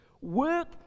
Work